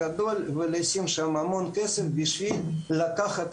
הממשלה כתכנית המשך לקמ"ע א'